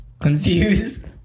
confused